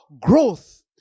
growth